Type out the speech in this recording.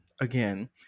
again